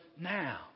now